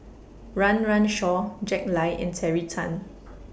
Run Run Shaw Jack Lai and Terry Tan